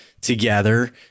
together